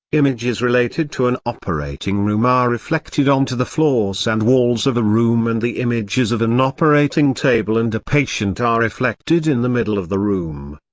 images related to an operating room are reflected onto the floors and walls of a room and the images of an operating table and a patient are reflected in the middle of the room.